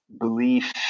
belief